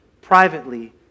privately